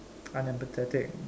unemphatic